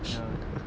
ya